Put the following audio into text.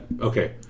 Okay